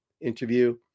interview